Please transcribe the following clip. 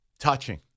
Touching